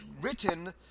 written